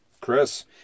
Chris